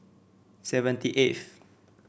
seventy eighth